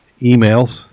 emails